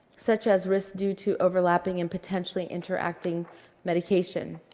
such as risks due to overlapping and potentially interacting medication.